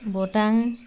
Bhutan